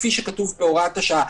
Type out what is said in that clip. כפי שכתוב בהוראת השעה.